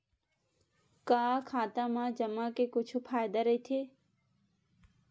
का खाता मा जमा के कुछु फ़ायदा राइथे?